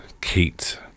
kate